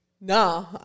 No